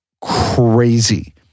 crazy